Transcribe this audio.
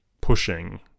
pushing